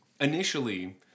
Initially